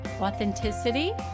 authenticity